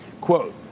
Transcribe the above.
Quote